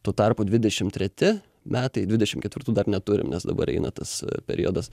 tuo tarpu dvidešimt treti metai dvidešimt ketvirtų dar neturim nes dabar eina tas periodas